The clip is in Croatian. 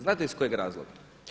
Znate iz kojeg razloga?